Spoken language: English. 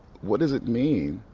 what does it mean,